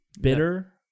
bitter